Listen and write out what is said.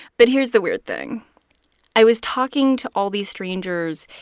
but here's the weird thing i was talking to all these strangers,